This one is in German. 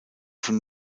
von